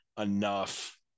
enough